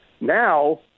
Now